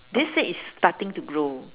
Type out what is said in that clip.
this seed is starting to grow